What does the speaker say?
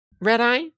red-eye